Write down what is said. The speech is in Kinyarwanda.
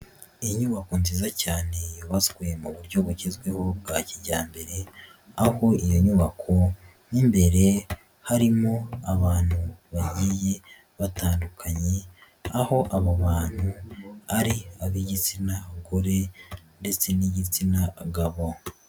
Inyubako nziza cyane, yubatswe mu buryo bugezweho bwa kijyambere, aho iyo nyubako mo imbere harimo abantu bagiye batandukanye, aho abo bantu ari ab'igitsina gore ndetse n'igitsina gabo.